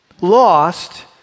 Lost